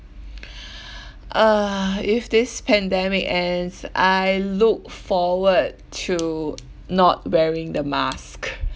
uh if this pandemic ends I look forward to not wearing the mask